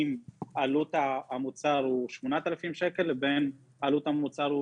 אם עלות המוצר היא 8,000 שקל לבין אם עלות המוצר היא